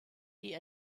die